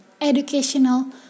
Educational